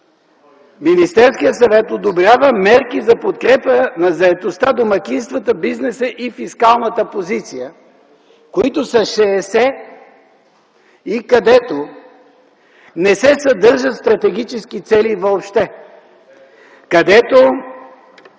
Министерският съвет одобрява мерки за подкрепа на заетостта, домакинствата, бизнеса и фискалната позиция, които са 60 и където не се съдържат стратегически цели въобще; където